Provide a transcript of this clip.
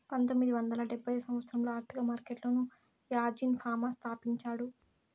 పంతొమ్మిది వందల డెబ్భై సంవచ్చరంలో ఆర్థిక మార్కెట్లను యాజీన్ ఫామా స్థాపించాడు